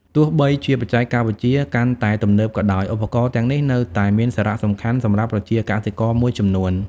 ទោះបីជាបច្ចេកវិទ្យាកាន់តែទំនើបក៏ដោយ ឧបករណ៍ទាំងនេះនៅតែមានសារៈសំខាន់សម្រាប់ប្រជាកសិករមួយចំនួន។